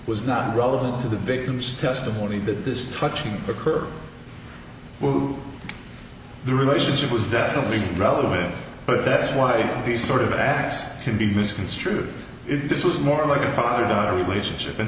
was not relevant to the victim's testimony that this touching occur who the relationship was definitely relevant but that's why these sort of ask can be misconstrued this was more like a father daughter relationship and